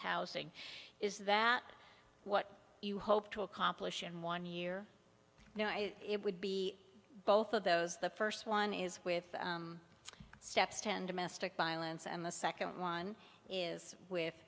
housing is that what you hope to accomplish in one year it would be both of those the first one is with steps ten domestic violence and the second one is with